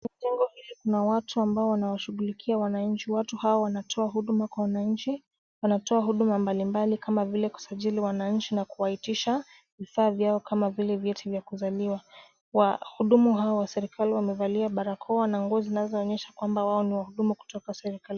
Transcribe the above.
Jengo hili kuna watu ambao wanawashughulikia wananchi. Watu hao wanatoa huduma kwa wananchi. Wanatoa huduma mbali mbali kama vile kusajili wananchi na kuwaitisha vifaa vyao kama vile vyeti vya kuzaliwa. Wahudumu hawa wa serikali wamevalia barakoa na nguo ambazo zinaonyesha kwamba wao ni wahudumu kutoka serikalini.